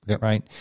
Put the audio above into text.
right